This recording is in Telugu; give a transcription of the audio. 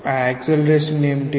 ఆ యాక్సెలేరేషన్ ఏమిటి